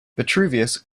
vitruvius